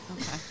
Okay